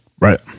Right